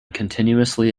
continuously